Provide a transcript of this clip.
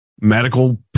medical